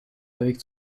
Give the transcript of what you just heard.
avec